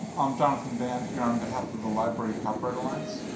i'm jonathan band, here on behalf of the library copyright alliance.